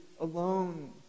alone